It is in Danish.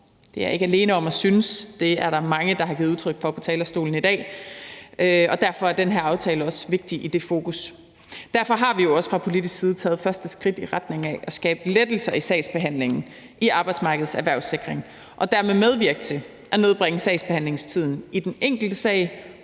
Det er jeg ikke alene om at synes, det er der mange der har givet udtryk for på talerstolen i dag, og derfor er den her aftale også vigtig i det fokus. Derfor har vi også fra politisk side taget første skridt i retning af at skabe lettelser i sagsbehandlingen i Arbejdsmarkedets Erhvervssikring og dermed medvirke til at nedbringe sagsbehandlingstiden i den enkelte sag